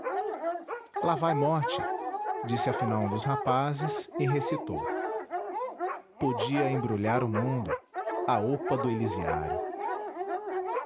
lá vai mote disse afinal um dos rapazes e recitou podia embrulhar o mundo a opa do elisiário